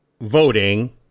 voting